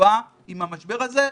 טובה עם המשבר הזה,